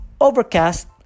Overcast